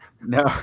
No